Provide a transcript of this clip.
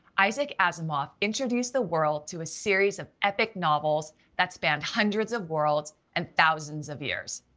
isaac asimov introduced the world to a series of epic novels that spanned hundreds of worlds and thousands of years.